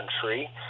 country